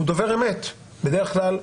הוא דובר אמת בדרך כלל,